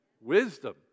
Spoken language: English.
wisdom